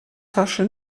tasche